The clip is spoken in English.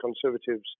Conservatives